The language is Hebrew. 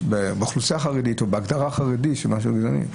באוכלוסייה החרדית או בהגדרה החרדית משהו גזעני.